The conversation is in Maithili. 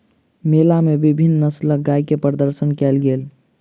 मेला मे विभिन्न नस्लक गाय के प्रदर्शन कयल गेल